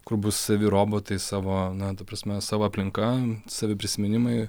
kur bus savi robotai savo na ta prasme sava aplinka savi prisiminimai